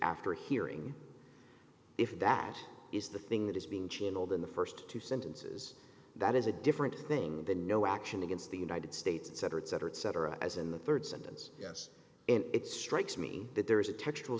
after hearing if that is the thing that is being channeled in the first two sentences that is a different thing than no action against the united states cetera et cetera et cetera as in the third sentence yes it strikes me that there is a textual